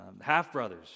half-brothers